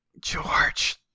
George